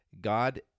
God